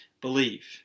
believe